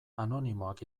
anonimoak